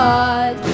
God